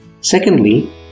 Secondly